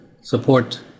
support